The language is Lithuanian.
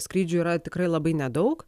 skrydžių yra tikrai labai nedaug